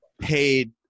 paid